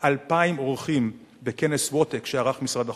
2,000 אורחים בכנס WATEC שערך משרד החוץ,